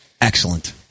Excellent